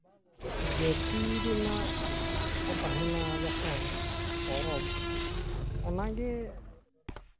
ᱡᱟᱹᱛᱤ ᱨᱮᱱᱟᱜ ᱠᱚ ᱛᱟᱦᱮᱱᱟ ᱡᱟᱦᱟᱸ ᱯᱚᱨᱚᱵᱽ ᱚᱱᱟᱜᱮ